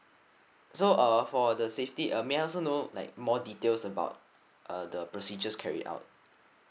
so uh for the safety uh may I also know like more details about uh the procedures carried out